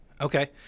Okay